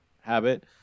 habit